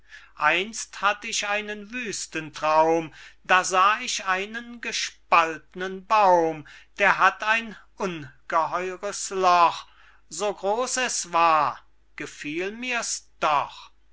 einst hatt ich einen wüsten traum da sah ich einen gespaltnen baum der hatt ein so es war gefiel mir's doch